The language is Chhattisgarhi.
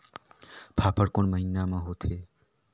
फाफण कोन महीना म होथे?